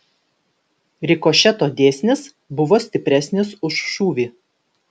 rikošeto dėsnis buvo stipresnis už šūvį